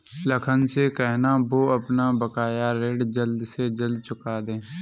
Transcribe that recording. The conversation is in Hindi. लखन से कहना, वो अपना बकाया ऋण जल्द से जल्द चुका दे